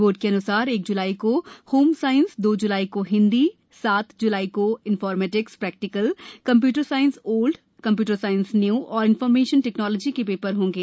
board के अन्सार एक ज्लाई को होम साइंस दो ज्लाई को हिंदी तथा सात ज्लाई को इनफॉर्मेटिक्स प्रेक्टिकल कंप्यूटर साइंस प्राना कंप्यूटर साइंस नया और इनफार्मेशन टेक्नोलॉजी के पेपर होंगे